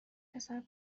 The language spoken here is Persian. پسر